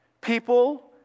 People